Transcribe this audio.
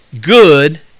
good